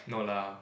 no lah